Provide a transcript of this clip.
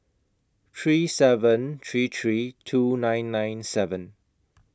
three seven three three two nine nine seven